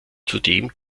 zudem